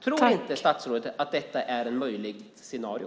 Tror inte statsrådet att detta är ett möjligt scenario?